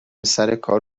سرکار